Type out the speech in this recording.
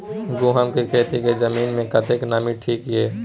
गहूम के खेती मे जमीन मे कतेक नमी ठीक ये?